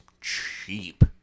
cheap